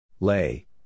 Lay